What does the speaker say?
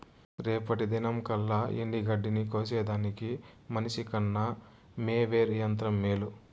రేపటి దినంకల్లా ఎండగడ్డిని కోసేదానికి మనిసికన్న మోవెర్ యంత్రం మేలు